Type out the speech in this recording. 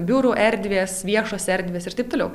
biurų erdvės viešos erdvės ir taip toliau